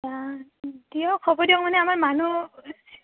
দিয়ক হ'ব দিয়ক মানে আমাৰ মানুহ